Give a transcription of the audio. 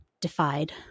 defied